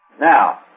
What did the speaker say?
Now